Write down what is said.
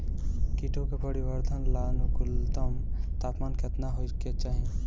कीटो के परिवरर्धन ला अनुकूलतम तापमान केतना होए के चाही?